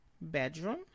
Bedroom